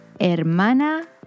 hermana